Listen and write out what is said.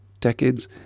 decades